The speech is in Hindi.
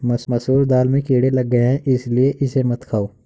मसूर दाल में कीड़े लग गए है इसलिए इसे मत खाओ